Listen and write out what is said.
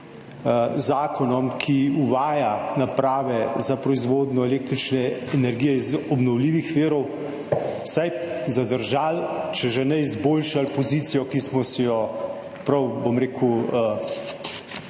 zakonom, ki uvaja naprave za proizvodnjo električne energije iz obnovljivih virov, vsaj zadržali, če že ne izboljšali pozicije, ki smo si jo prav, bom rekel,